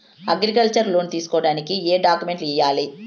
Agriculture loan తీసుకోడానికి ఏం డాక్యుమెంట్లు ఇయ్యాలి?